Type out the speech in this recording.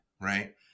right